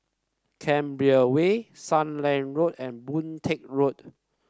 Canberra Way Sealand Road and Boon Teck Road